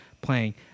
playing